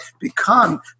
become